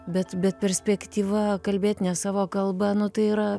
bet bet perspektyva kalbėt ne savo kalba nu tai yra